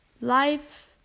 life